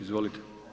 Izvolite.